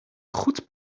goed